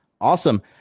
awesome